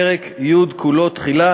פרק י' כולו (תחילה).